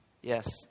Yes